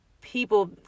people